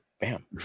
bam